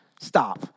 Stop